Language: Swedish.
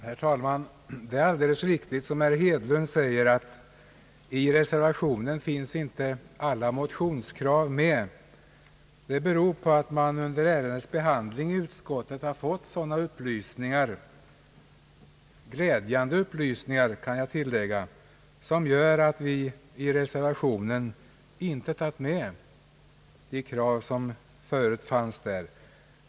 Herr talman! Det är alldeles riktigt som herr Hedlund här säger att alla motionskrav inte finns med i reservationen. Det beror på att vi under ärendets behandling inom utskottet har fått sådana glädjande upplysningar, att vi i reservationen inte tagit med de krav som tidigare förelåg.